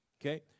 Okay